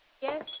Yes